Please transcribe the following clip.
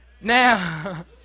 Now